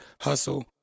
hustle